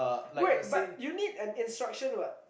wait but you need an instruction [what]